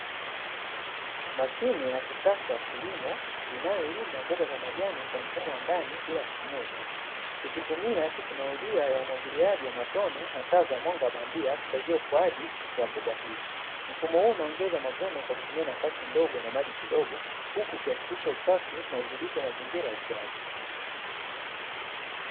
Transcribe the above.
Mashine ya kisasa ya kilimo inayolima mboga za majani kwa mfumo wa ndani, bila kutumia udongo, ikitumia teknolojia ya umwagiliaji wa matone na taa za mwanga wa bandia kusaidia ukuaji wa mboga hizi, mfumo huu unaongeza mavuno kwa kutumia nafasi ndogo na maji kidogo, huku ukihakikisha usafi na udhibiti wa mazingira ya ukuaji.